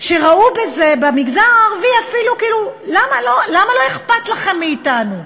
שראו בזה במגזר הערבי כאילו: למה לא אכפת לכם מאתנו?